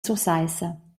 sursaissa